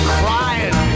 crying